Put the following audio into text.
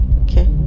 Okay